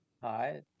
Hi